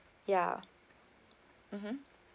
ya mmhmm